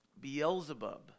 beelzebub